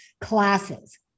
classes